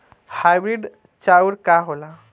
Hybrid चाउर का होला?